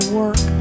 work